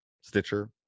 Stitcher